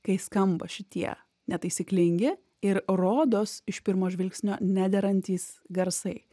kai skamba šitie netaisyklingi ir rodos iš pirmo žvilgsnio nederantys garsai